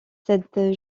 cette